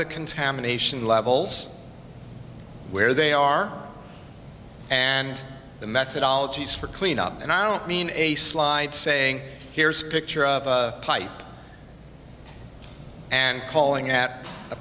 the contamination levels where they are and the methodology is for cleanup and i don't mean a slide saying here's a picture of a pipe and calling at